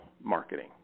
marketing